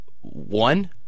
one